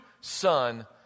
son